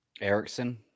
Erickson